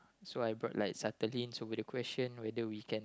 so I brought like subtly into the question whether we can